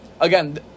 Again